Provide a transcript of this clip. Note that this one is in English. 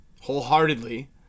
wholeheartedly